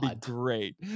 great